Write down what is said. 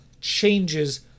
changes